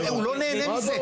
אבל הוא לא נהנה מזה,